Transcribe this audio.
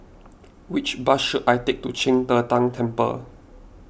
which bus should I take to Qing De Tang Temple